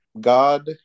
God